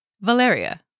Valeria